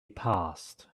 passed